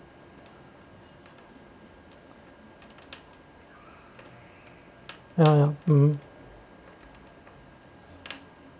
ya ya uh